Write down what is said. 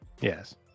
Yes